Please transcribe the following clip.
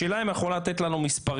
השאלה אם אתם יכולים לתת לנו מספרים,